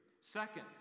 second